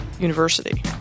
University